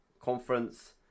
conference